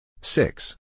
Six